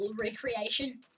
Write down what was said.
recreation